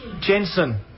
Jensen